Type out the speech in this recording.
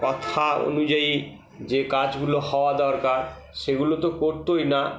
কথা অনুযায়ী যে কাজগুলো হওয়া দরকার সেগুলো তো করতোই না